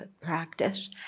practice